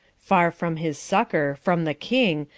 farre from his succour from the king,